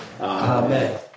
Amen